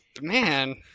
man